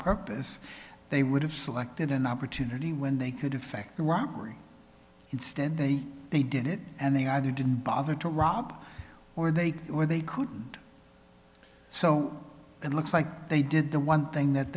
purpose they would have selected an opportunity when they could effect a robbery instead they did it and they either didn't bother to rob or they were they could so it looks like they did the one thing that